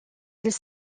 ils